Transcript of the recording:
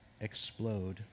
explode